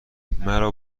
مرا